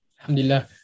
Alhamdulillah